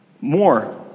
more